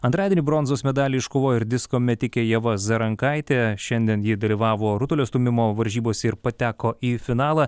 antradienį bronzos medalį iškovojo ir disko metikė ieva zarankaitė šiandien ji dalyvavo rutulio stūmimo varžybose ir pateko į finalą